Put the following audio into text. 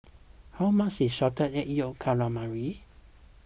how much is Salted Egg Yolk Calamari